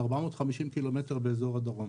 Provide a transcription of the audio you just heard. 450 קילומטר באזור הדרום.